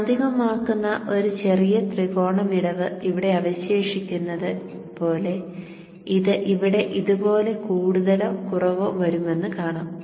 കാന്തികമാക്കുന്ന ഒരു ചെറിയ ത്രികോണ വിടവ് ഇവിടെ അവശേഷിക്കുന്നത് പോലെ ഇത് ഇവിടെ ഇതുപോലെ കൂടുതലോ കുറവോ വരുമെന്ന് കാണാം